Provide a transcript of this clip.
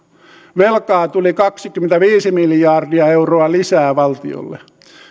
velkaa tuli kaksikymmentäviisi miljardia euroa lisää valtiolle